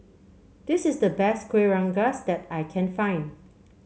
this is the best Kuih Rengas that I can find